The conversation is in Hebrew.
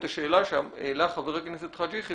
את השאלה שהעלה חבר הכנסת חאג' יחיא